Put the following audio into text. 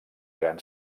gran